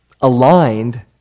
aligned